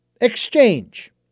exchange